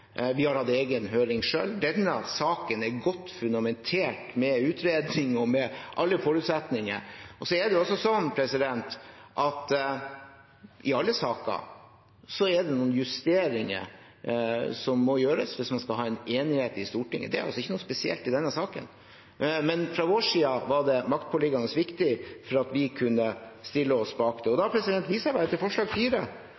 Vi har hatt egen høring selv. Denne saken er godt fundamentert med utredning og med alle forutsetninger. Så er det sånn at i alle saker er det noen justeringer som må gjøres hvis man skal ha en enighet i Stortinget. Det er ikke noe spesielt i denne saken. Men fra vår side var det maktpåliggende viktig for at vi kunne stille oss bak det.